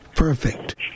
Perfect